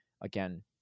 again